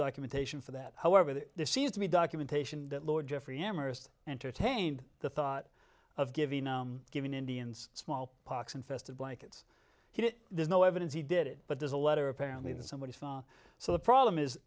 documentation for that however there seems to be documentation that lord geoffrey amherst entertained the thought of giving giving indians smallpox infested blankets he did there's no evidence he did it but there's a letter apparently that somebody saw so the problem is